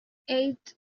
eight